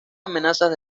amenazas